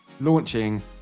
launching